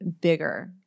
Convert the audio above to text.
bigger